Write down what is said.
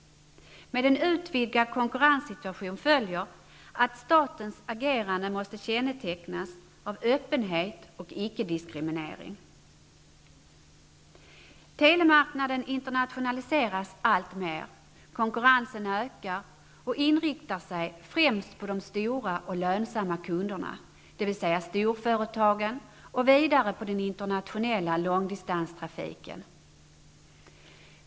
Med en utvidgad konkurrenssituation följer att statens agerande måste kännetecknas av öppenhet och av icke-diskriminering. Telemarknaden internationaliseras allt mer. Konkurrensen ökar och inriktar sig främst på de stora och lönsamma kunderna, dvs. storföretagen, och vidare på den internationella långdistanstrafiken.